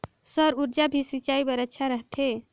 सौर ऊर्जा भी सिंचाई बर अच्छा रहथे?